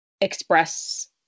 Express